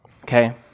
okay